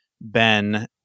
Ben